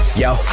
yo